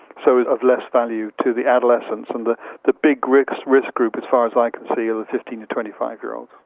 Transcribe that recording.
so is of less value to the adolescents, and the the big risk risk group as far as i can see are the fifteen to five year olds.